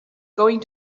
going